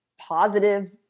positive